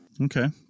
Okay